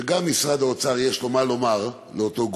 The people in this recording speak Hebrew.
שלמשרד האוצר יש מה לומר לאותו גוף,